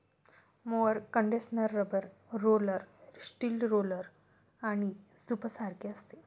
mower condenser rubber roller, steel roller आणि सूपसारखे असते